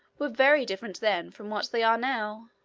were very different then from what they are now.